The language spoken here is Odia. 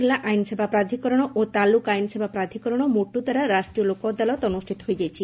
ଜିଲ୍ଲା ଆଇନ ସେବା ପ୍ରାଧିକରଣ ଓ ତାଲୁକ ଆଇନ ସେବା ପ୍ରାଧିକରଣ ମୋଟୁ ଦ୍ୱାରା ରାଷ୍ଟିୟ ଲୋକ ଅଦାଲତ ଅନୁଷ୍ଟିତ ହୋଇଯାଇଛି